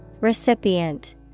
Recipient